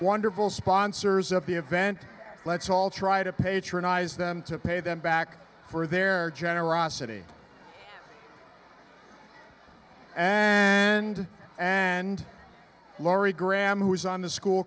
wonderful sponsors of the event let's all try to patronize them to pay them back for their generosity and and lori graham who is on the school